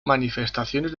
manifestaciones